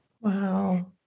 Wow